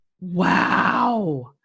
Wow